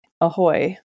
Ahoy